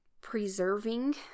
preserving